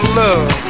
love